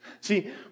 See